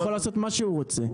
יכול לעשות מה שהוא רוצה.